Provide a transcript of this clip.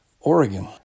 Oregon